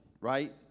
right